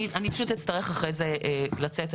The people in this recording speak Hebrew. אני פשוט אצטרך אחרי זה לצאת,